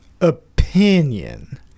opinion